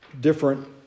Different